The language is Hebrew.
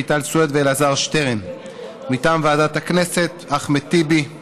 תידון בוועדה משותפת של ועדת הכנסת וועדת החוקה חוק ומשפט.